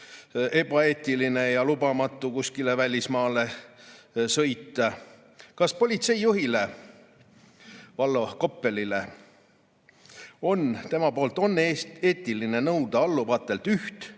ebaeetiline ja lubamatu kuskile välismaale sõit? Kas politseijuht Vallo Koppelil on eetiline nõuda alluvatelt üht